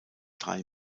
drei